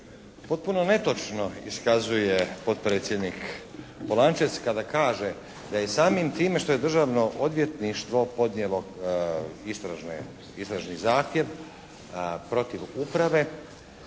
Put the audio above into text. Potpuno netočno iskazuje potpredsjednik Polančec kada kaže da je samim time što je Državno odvjetništvo podnijelo istražni zahtjev protiv uprave